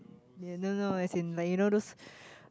no no no as in like you know those